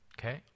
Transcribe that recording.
okay